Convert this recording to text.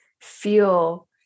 feel